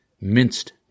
minced